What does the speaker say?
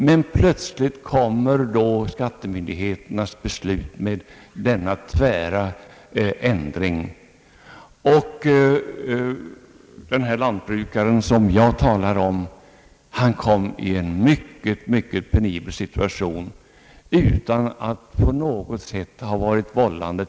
Men plötsligt kom skattemyndigheternas beslut som innebar denna tvära ändring, och den lantbrukare som jag talar om kom i en mycket, mycket penibel situation utan att på något sätt ha varit vållande.